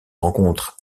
rencontre